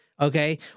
okay